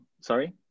sorry